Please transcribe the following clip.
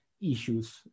issues